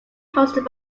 hosted